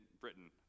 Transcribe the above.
Britain